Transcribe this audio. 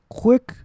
quick